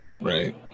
right